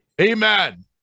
Amen